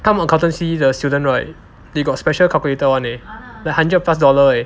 他们 accountancy 的 student right they got special calculator [one] leh the hundred plus dollar [one] eh